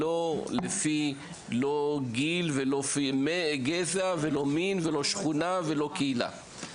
בלי קשר לגיל, לגזע, למין, לשכונה או לקהילה.